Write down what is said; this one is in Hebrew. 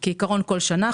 כעיקרון, בכל שנה.